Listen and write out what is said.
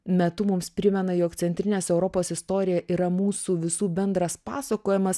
metu mums primena jog centrinės europos istorija yra mūsų visų bendras pasakojimas